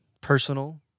personal